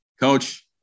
coach